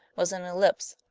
was an ellipse,